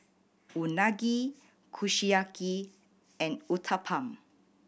Unagi Kushiyaki and Uthapam